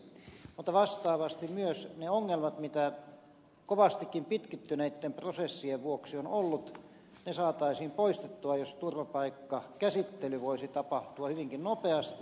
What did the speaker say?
mutta vastaavasti myös ne ongelmat mitä kovastikin pitkittyneitten prosessien vuoksi on ollut saataisiin poistettua jos turvapaikkakäsittely voisi tapahtua hyvinkin nopeasti